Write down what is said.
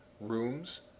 rooms